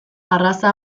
arraza